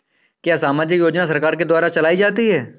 क्या सामाजिक योजना सरकार के द्वारा चलाई जाती है?